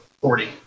forty